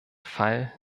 fall